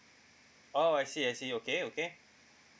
oh I see I see okay okay